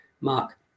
Mark